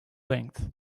length